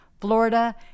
Florida